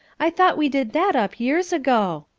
i thought we did that up years ago.